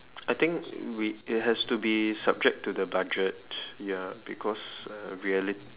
I think we it has to be subject to the budget ya because uh reali~